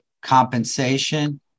compensation